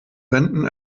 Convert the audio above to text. wenden